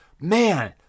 Man